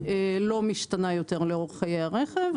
ולא משתנה יותר לאורך חיי הרכב.